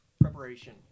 Preparation